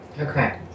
okay